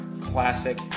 classic